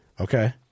Okay